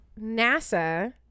NASA